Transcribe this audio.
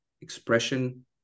expression